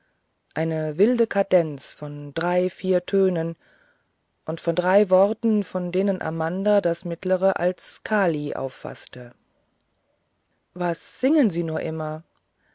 eine wilde kadenz von drei vier tönen und von drei worten von denen amanda das mittlere als kali auffaßte was singen sie nur immer